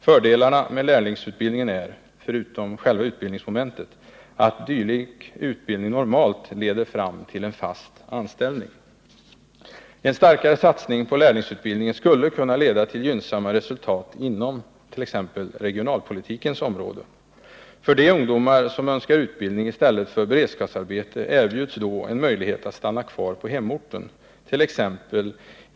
Fördelarna med lärlingsutbildningen är, förutom utbildningsmomentet, att dylik utbildning normalt leder fram till fast anställning. En starkare satsning på lärlingsutbildningen skulle kunna leda till gynnsamma resultat inom t.ex. regionalpolitiken. De ungdomar som önskar utbildning i stället för beredskapsarbete erbjuds då en möjlighet att stanna på hemorten,t.ex.